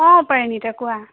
অঁ পাৰিণীতা কোৱা